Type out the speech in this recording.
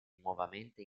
nuovamente